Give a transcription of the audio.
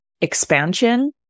expansion